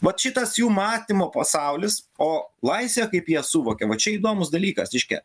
vat šitas jų matymo pasaulis o laisvę kaip jie suvokia va čia įdomus dalykas reiškia